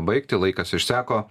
baigti laikas išseko